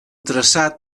traçat